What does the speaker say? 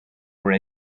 were